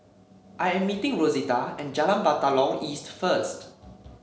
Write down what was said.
I am meeting Rosita at Jalan Batalong East first